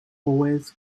always